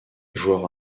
joueur